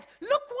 look